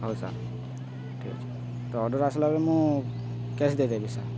ହଉ ସାର୍ ଠିକ୍ ଅଛି ତ ଅର୍ଡ଼ର ଆସିଲା ପରେ ମୁଁ କ୍ୟାସ୍ ଦେଇଦେବି ସାର୍